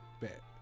Bet